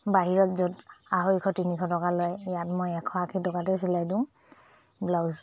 বাহিৰত য'ত আঢ়ৈশ তিনিশ টকা লয় ইয়াত মই এশ আশী টকাতে চিলাই দিওঁ ব্লাউজ